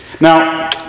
Now